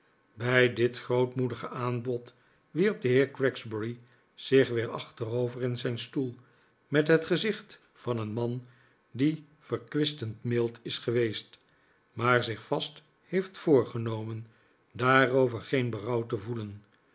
bij dit grootmoedige aanbod wierp de heer gregsbury zich weer achterover in zijn stoel met het gezicht van een man die verkwistend mild is geweest maar zich vast heeft voorgenomen daarover geen berouw te voelen